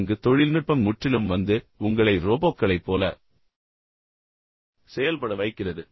அங்கு தொழில்நுட்பம் முற்றிலும் வந்து உங்களை ரோபோக்களைப் போல செயல்பட வைக்கிறது